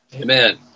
Amen